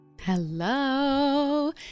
Hello